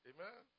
Amen